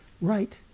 right